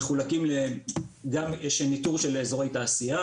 גם ניטור של אזורי תעשייה.